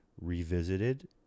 revisited